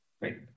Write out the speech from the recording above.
Great